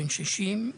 בן 60,